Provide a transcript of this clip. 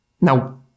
Now